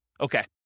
Okay